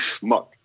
schmuck